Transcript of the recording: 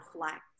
reflect